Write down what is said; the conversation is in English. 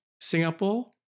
Singapore